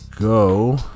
go